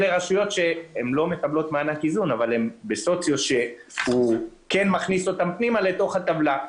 זה מכניס אותן לתוך הטבלה.